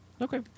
Okay